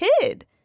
kid